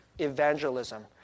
evangelism